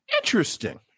Interesting